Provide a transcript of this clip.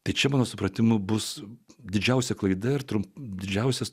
tačiau mano supratimu bus didžiausia klaida ir turbūt didžiausias